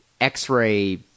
X-ray